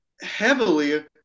heavily